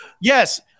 Yes